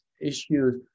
issues